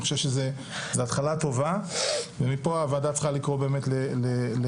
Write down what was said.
אני חושב שזו התחלה טובה ומפה הוועדה צריכה לקרוא באמת להקמת